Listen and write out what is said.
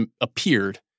appeared